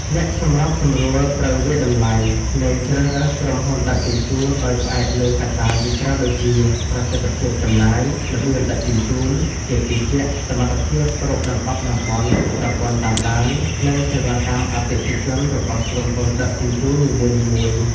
អ្នកសម្របសម្រួលត្រូវវាយតម្លៃ និងជ្រើសរើសក្រុមហ៊ុនដឹកជញ្ជូន ដោយផ្អែកលើកត្តាជាច្រើនដូចជា ប្រសិទ្ធភាពចំណាយ ល្បឿនដឹកជញ្ជូន ភាពជឿជាក់ សមត្ថភាពគ្របដណ្តប់តំបន់ ប្រព័ន្ធតាមដាន និងសេវាកម្មអតិថិជនរបស់ក្រុមហ៊ុនដឹកជញ្ជូននីមួយៗ។